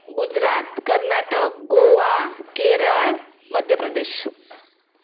Gujarat Karnataka Goa Kerala Madhya Pradesh